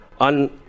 on